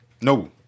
No